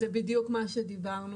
זה בדיוק מה שדיברנו,